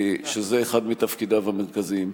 שזה אחד מתפקידיו המרכזיים.